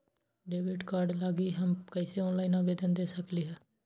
Debit card लागी हम कईसे ऑनलाइन आवेदन दे सकलि ह?